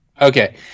Okay